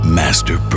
master